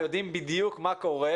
יודעים בדיוק מה קורה,